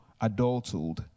adulthood